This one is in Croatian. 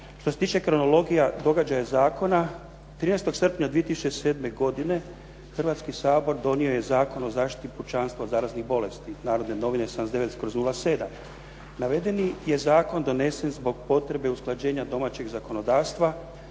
Što se tiče kronologija, događaja zakona, 13. srpnja 2007. godine Hrvatski sabor donio je Zakon o zaštiti pučanstva od zaraznih bolesti, Narodne novine br. 79/07.. Navedeni je Zakon donesen zbog potrebe usklađenja domaćeg zakonodavstva